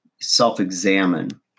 self-examine